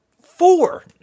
four